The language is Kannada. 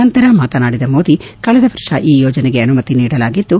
ನಂತರ ಮಾತನಾಡಿದ ಮೋದಿ ಕಳೆದ ವರ್ಷ ಈ ಯೋಜನೆಗೆ ಅನುಮತಿ ನೀಡಲಾಗಿದ್ದು